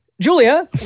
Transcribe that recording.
Julia